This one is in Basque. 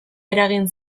eragin